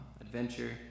adventure